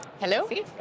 Hello